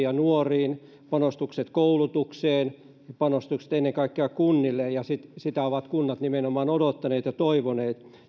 ja nuoriin panostukset koulutukseen ja panostukset ennen kaikkea kunnille tätä lisätalousarviota ovat kunnat nimenomaan odottaneet ja toivoneet